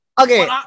Okay